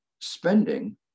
spending